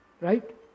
right